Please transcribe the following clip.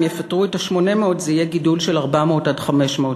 אם יפטרו את ה-800 זה יהיה גידול של 400 500 עובדים.